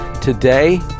today